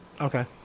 Okay